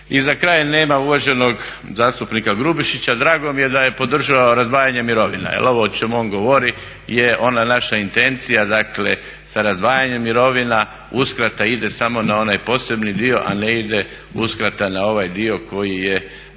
I za kraj, nema uvaženog zastupnika Grubišića, drago mi je da je podržao razdvajanje mirovina jer ovo o čemu on govori je ona naša intencija sa razdvajanjem mirovina, uskrata ide samo na onaj posebni dio, a ne ide uskrata na ovaj dio koji je